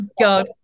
God